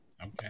Okay